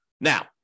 Now